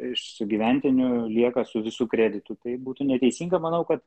iš sugyventinių lieka su visu kreditu tai būtų neteisinga manau kad